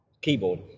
keyboard